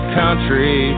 country